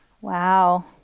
Wow